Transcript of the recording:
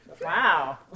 Wow